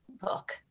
book